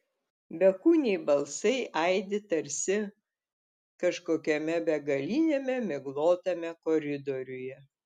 bekūniai balsai aidi tarsi kažkokiame begaliniame miglotame koridoriuje